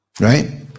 Right